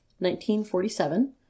1947